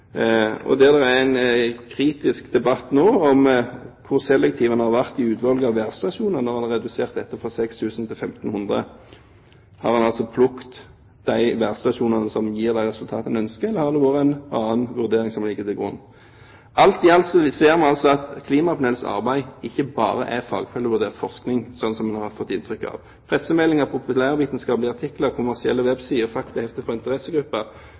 Og det er nå en kritisk debatt om hvor selektiv en har vært i utvalget av værstasjoner når en har redusert disse fra 6 000 til 1 500. Har en plukket de værstasjonene som gir de resultatene en ønsker, eller er det en annen vurdering som ligger til grunn? Alt i alt ser vi altså at klimapanelets arbeid ikke bare er fagfellevurdert forskning, slik en har fått inntrykk av. Pressemeldinger, populærvitenskapelige artikler, kommersielle websider, faktahefter fra interessegrupper – spesielt fra WWF og